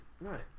Right